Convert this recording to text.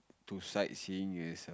to sight seeing is err